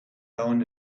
down